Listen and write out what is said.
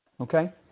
Okay